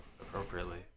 appropriately